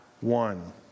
one